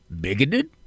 bigoted